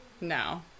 No